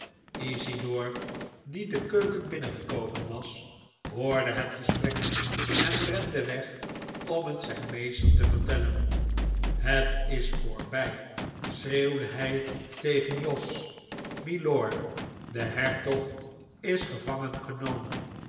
isidor die de keuken binnengekomen was hoorde het gesprek en rende weg om het zijn meester te vertellen het is voorbij schreeuwde hij tegen jos milor de hertog is gevangen